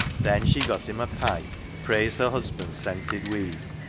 then she got him a pipe, praised her husband's scented weed,